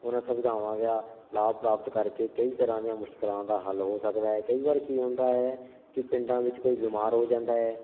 ਉਹਨਾਂ ਸੁਵਿਧਾਵਾਂ ਦਾ ਲਾਭ ਪ੍ਰਾਪਤ ਕਰਕੇ ਕਈ ਤਰ੍ਹਾਂ ਦੀਆਂ ਮੁਸ਼ਕਲਾਂ ਦਾ ਹੱਲ ਹੋ ਸਕਦਾ ਏ ਕਈ ਵਾਰ ਕੀ ਹੁੰਦਾ ਹੈ ਕਿ ਪਿੰਡਾਂ ਵਿੱਚ ਕੋਈ ਬਿਮਾਰ ਹੋ ਜਾਂਦਾ ਏ